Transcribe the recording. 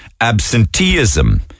absenteeism